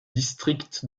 district